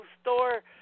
Store